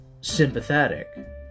Sympathetic